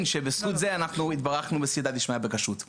שבזכות זה אנחנו התברכנו בסיעתא דשמיא בכשרות.